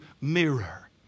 mirror